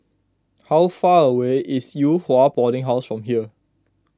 how far away is Yew Hua Boarding House from here